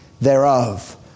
thereof